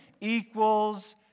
equals